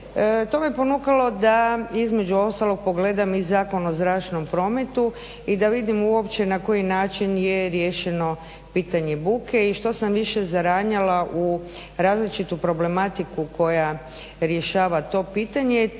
to me ponukalo da između ostalog pogledam i Zakon o zračnom prometu i da vidim uopće na koji način je riješeno pitanje buke i što sam više zaranjala u različitu problematiku koja rješava to pitanje